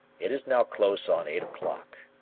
it is now close on eight o'clock.